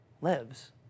lives